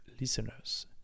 listeners